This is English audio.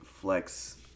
flex